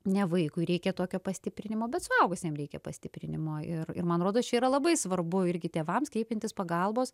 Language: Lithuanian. ne vaikui reikia tokio pastiprinimo bet suaugusiam reikia pastiprinimo ir ir man rodos čia yra labai svarbu irgi tėvams kreipiantis pagalbos